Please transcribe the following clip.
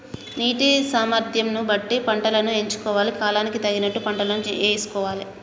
నీటి సామర్థ్యం ను బట్టి పంటలను ఎంచుకోవాలి, కాలానికి తగిన పంటలను యేసుకోవాలె